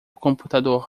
computador